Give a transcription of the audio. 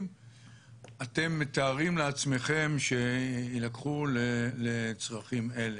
אתם מתארים לעצמכם שיילקחו לצרכים אלה.